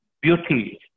beauty